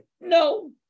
No